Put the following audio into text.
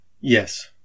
Yes